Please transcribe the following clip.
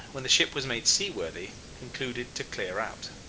when the ship was made seaworthy, concluded to clear out.